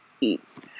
eats